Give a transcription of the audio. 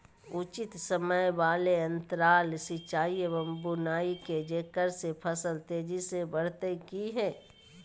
उचित समय वाले अंतराल सिंचाई एवं बुआई के जेकरा से फसल तेजी से बढ़तै कि हेय?